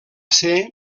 ser